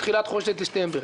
מתחילת חודש דצמבר,